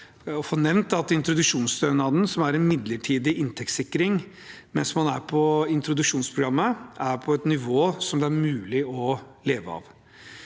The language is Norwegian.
å få nevnt at introduksjonsstønaden, som er en midlertidig inntektssikring mens man er på introduksjonsprogrammet, er på et nivå som det er mulig å leve av.